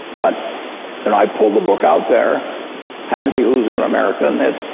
but and i pulled the book out there happen to be whose in and america and it?